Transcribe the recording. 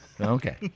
Okay